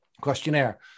questionnaire